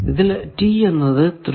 ഇതിൽ T എന്നത് through